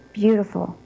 beautiful